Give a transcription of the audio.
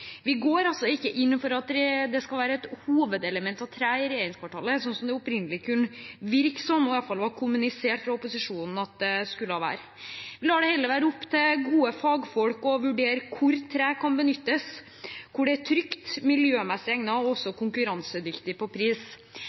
Vi går altså ikke inn for at det skal et hovedelement av tre i regjeringskvartalet – som det opprinnelig kunne virke som, og i alle fall var kommunisert fra opposisjonen at det skulle være. Vi lar det heller være opp til gode fagfolk å vurdere hvor tre kan benyttes, hvor det er trygt, miljømessig egnet og konkurransedyktig på pris.